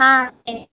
ஆ சரி